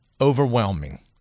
overwhelming